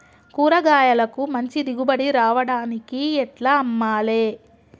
కూరగాయలకు మంచి దిగుబడి రావడానికి ఎట్ల అమ్మాలే?